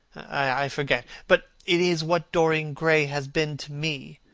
i forget but it is what dorian gray has been to me.